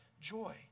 joy